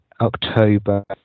October